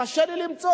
קשה לי למצוא.